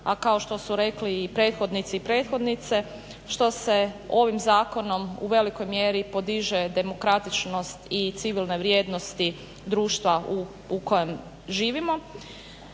a kao što su rekli i prethodnici i prethodnice, što se ovim zakonom u velikoj mjeri podiže demokratičnost i civilne vrijednosti društva u kojem živimo.